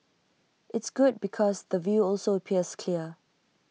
it's good because the view also appears clear